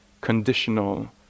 conditional